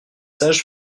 sages